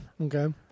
Okay